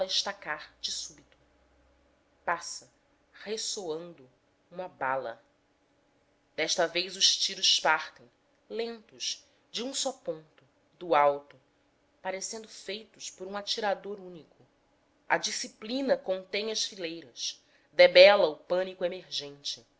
estacar de súbito passa ressoando uma bala desta vez os tiros partem lentos de um só ponto do alto parecendo feitos por um atirador único a disciplina contém as fileiras debela o pânico emergente